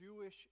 Jewish